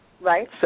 right